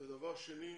דבר שני,